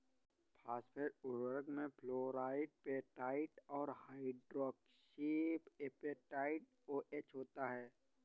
phosphate उर्वरक में fluorapatite और हाइड्रोक्सी एपेटाइट ओएच होता है